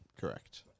correct